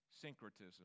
Syncretism